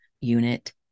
unit